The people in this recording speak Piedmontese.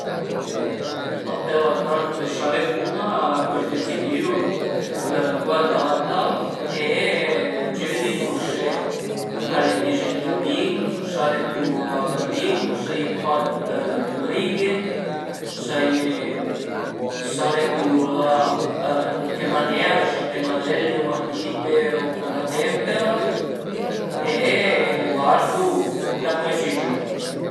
Ün opera d'arte s'al e bun-a pös decidilu guardandla e giüdicu se al e dizegnà bin, s'al e culurà da bin, s'a ie pa dë righe, s'a ie, s'al e culurà ën che manera, se a pennarelli o matite o cun la tempera e vardu la preciziun